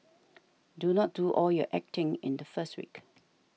do not do all your acting in the first week